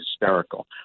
hysterical